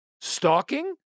Stalking